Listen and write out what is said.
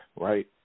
right